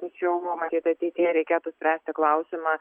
tačiau matyt ateityje reikėtų spręsti klausimą